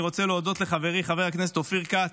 אני רוצה להודות לחברי חבר הכנסת אופיר כץ,